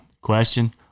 question